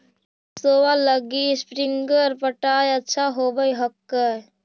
सरसोबा लगी स्प्रिंगर पटाय अच्छा होबै हकैय?